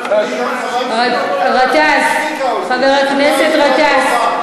גטאס, חבר הכנסת גטאס.